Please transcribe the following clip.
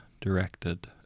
directed